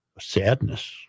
sadness